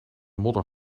modder